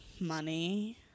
money